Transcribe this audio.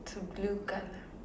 to blue colour